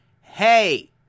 Hey